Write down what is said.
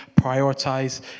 prioritize